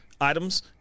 items